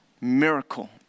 miracle